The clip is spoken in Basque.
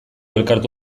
elkartu